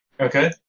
Okay